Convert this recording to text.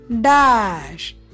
dash